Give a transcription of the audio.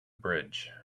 bridge